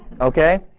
Okay